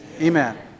Amen